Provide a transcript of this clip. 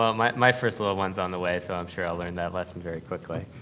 um my my first little one's on the way. so, i'm sure i'll learn that lesson very quickly.